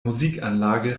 musikanlage